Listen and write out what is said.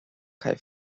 kaj